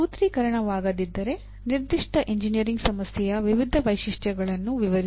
ಸೂತ್ರೀಕರಣವಾಗದಿದ್ದರೆ ನಿರ್ದಿಷ್ಟ ಎಂಜಿನಿಯರಿಂಗ್ ಸಮಸ್ಯೆಯ ವಿವಿಧ ವೈಶಿಷ್ಟ್ಯಗಳನ್ನು ವಿವರಿಸಿ